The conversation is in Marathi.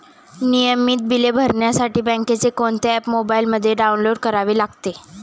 नियमित बिले भरण्यासाठी बँकेचे कोणते ऍप मोबाइलमध्ये डाऊनलोड करावे लागेल?